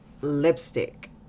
Lipstick